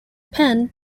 penn